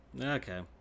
okay